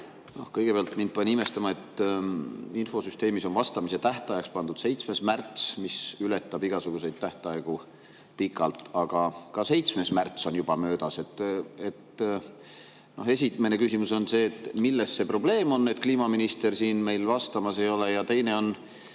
Kõigepealt pani mind imestama, et infosüsteemis on vastamise tähtajaks pandud 7. märts, mis ületab pikalt igasuguseid tähtaegu, aga ka 7. märts on juba möödas. Esimene küsimus on see, milles on probleem, et kliimaminister meil siin vastamas ei ole. Ja teine on